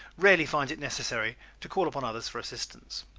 rarely finds it necessary to call upon others for assistance.